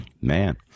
Man